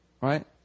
right